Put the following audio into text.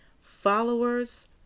followers